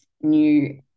new